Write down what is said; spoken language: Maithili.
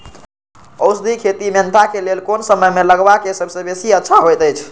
औषधि खेती मेंथा के लेल कोन समय में लगवाक सबसँ बेसी अच्छा होयत अछि?